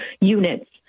units